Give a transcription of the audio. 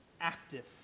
active